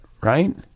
right